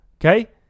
okay